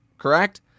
correct